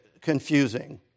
confusing